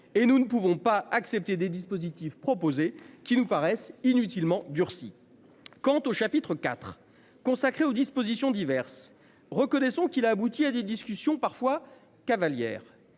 et nous ne pouvons pas accepter des dispositifs proposés qui nous paraissent inutilement durcie. Quant au chapitre IV consacré aux dispositions diverses reconnaissons qui a abouti à des discussions parfois Cavaliere